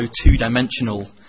two-dimensional